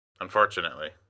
Unfortunately